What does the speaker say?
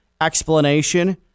explanation